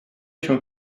się